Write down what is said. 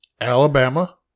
Alabama